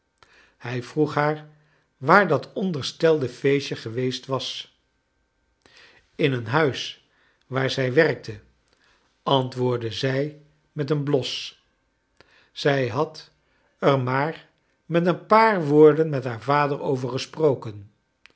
hij vroeg haar waar dat onderstelde feestje geweest was in een huis waar zij werkte antwoordde zij met een bios zij had er maar met een paar wo or den met haar vader over gesproken